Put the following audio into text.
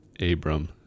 Abram